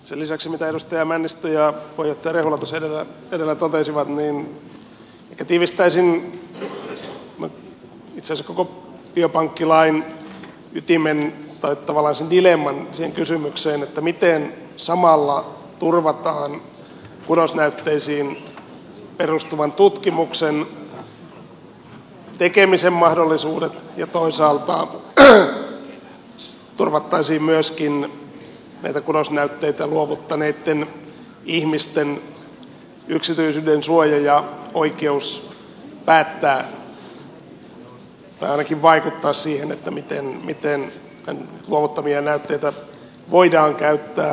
sen lisäksi mitä edustaja männistö ja puheenjohtaja rehula tuossa edellä totesivat ehkä tiivistäisin itse asiassa koko biopankkilain ytimen tavallaan sen dilemman siihen kysymykseen miten samalla turvataan kudosnäytteisiin perustuvan tutkimuksen tekemisen mahdollisuudet ja toisaalta turvataan myöskin näitä kudosnäytteitä luovuttaneitten ihmisten yksityisyydensuoja ja oikeus päättää tai ainakin vaikuttaa siihen miten heidän luovuttamiaan näytteitä voidaan käyttää